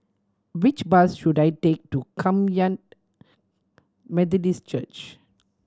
which bus should I take to Kum Yan Methodist Church